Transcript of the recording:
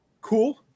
Cool